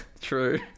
true